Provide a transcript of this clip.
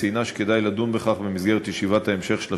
וציינה שכדאי לדון בכך במסגרת ישיבת ההמשך של